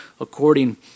according